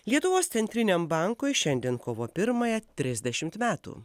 lietuvos centriniam bankui šiandien kovo pirmąją trisdešimt metų